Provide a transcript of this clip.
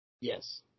Yes